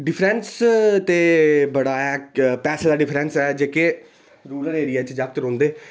difference ते बड़ा ऐ इक पैसे दा डिफरेंस ऐ जेह्के रुरल एरिया च जागत रौंह्दे